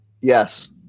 yes